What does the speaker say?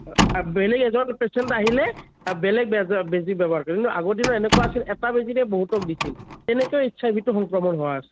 বেলেগ এজন পেচেণ্ট আহিলে বেলেগ বেজৰ বেজী ব্যৱহাৰ কৰা হয় কিন্তু আগৰ দিনত এনেকুৱা আছিল এটা বেজীকে বহুতক দিছিল তেনেকৈ এইচ আই ভিটো সংক্ৰমণ হোৱা হৈছিল